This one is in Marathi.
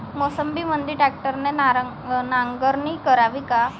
मोसंबीमंदी ट्रॅक्टरने नांगरणी करावी का?